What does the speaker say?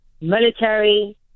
Military